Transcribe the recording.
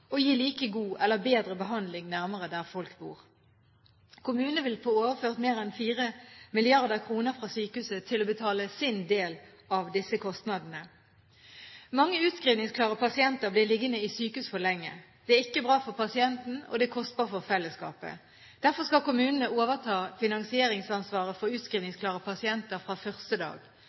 og gi like god eller bedre behandling nærmere der folk bor. Kommunene vil få overført mer en 4 mrd. kr fra sykehusene til å betale sin del av disse kostnadene. Mange utskrivningsklare pasienter blir liggende i sykehus for lenge. Det er ikke bra for pasienten, og det er kostbart for fellesskapet. Derfor skal kommunene overta finansieringsansvaret for utskrivningsklare pasienter fra første dag.